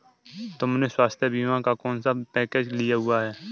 तुमने स्वास्थ्य बीमा का कौन सा पैकेज लिया हुआ है?